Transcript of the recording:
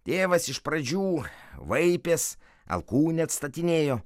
tėvas iš pradžių vaipės alkūnę atstatinėjo